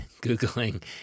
Googling